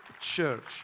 church